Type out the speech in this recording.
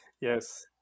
Yes